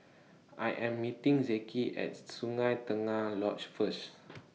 I Am meeting Zeke At Sungei Tengah Lodge First